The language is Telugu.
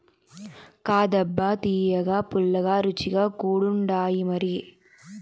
కాదబ్బా తియ్యగా, పుల్లగా, రుచిగా కూడుండాయిమరి